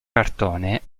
cartone